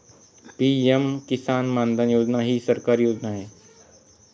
PM Kisan Maandhan Yojana ही सरकारी योजना आहे